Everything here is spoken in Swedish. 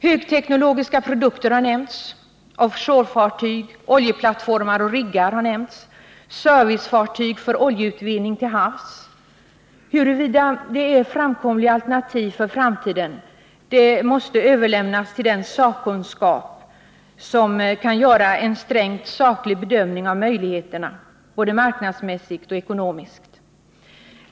Högteknologiska produkter har nämnts, och man har talat om offshore-fartyg, oljeplattformar och riggar liksom om servicefartyg för oljeutvinning till havs. Frågan huruvida detta är framkomliga alternativ för framtiden måste överlämnas till den sakkunskap som kan göra en strängt saklig bedömning av möjligheterna, både marknadsmässigt och ekonomiskt.